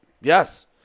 yes